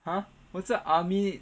!huh! 我在 army